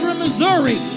Missouri